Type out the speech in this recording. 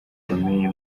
bikomeye